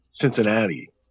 Cincinnati